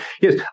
Yes